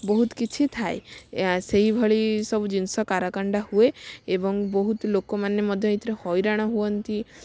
ବହୁତ କିଛି ଥାଏ ସେଇଭଳି ସବୁ ଜିନିଷ କାରକାଣ୍ଡ ହୁଏ ଏବଂ ବହୁତ ଲୋକମାନେ ମଧ୍ୟ ଏଥିରେ ହଇରାଣ ହୁଅନ୍ତି